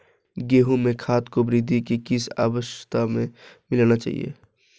गेहूँ में खाद को वृद्धि की किस अवस्था में मिलाना चाहिए?